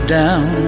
down